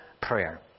prayer